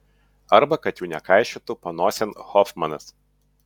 arba kad jų nekaišiotų panosėn hofmanas